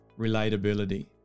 relatability